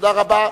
תודה רבה.